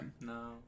No